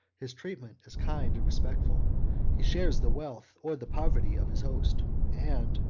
his treatment is kind and respectful he shares the wealth, or the poverty, of his host and,